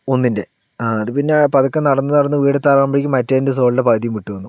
ഒന്നിൻറ്റെ അതുപിന്നെ പതുക്കെ നടന്നു നടന്നു വീട് എത്താനാകുമ്പോഴേക്കും മറ്റേതിൻറ്റെ സോളിൻറ്റെ പകുതിയും വിട്ടു വന്നു